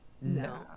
No